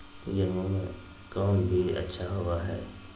गेंहू के कौन बीज अच्छा होबो हाय?